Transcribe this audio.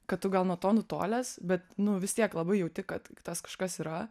kad tu gal nuo to nutolęs bet vis tiek labai jauti kad tas kažkas yra